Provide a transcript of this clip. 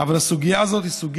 לא סתם